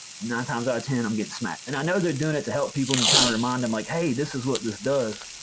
nine times out of ten i'm getting smacked. and i know they're doing it to help people and trying to remind them like, hey, this is what this does.